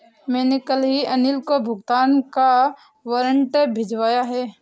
मैंने कल ही अनिल को भुगतान का वारंट भिजवाया है